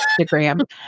Instagram